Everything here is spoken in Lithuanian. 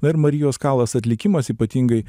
na ir marijos kalas atlikimas ypatingai